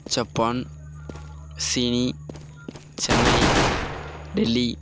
Japan சீனி சென்னை டெல்லி